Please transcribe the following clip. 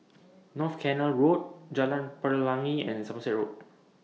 North Canal Road Jalan Pelangi and Somerset Road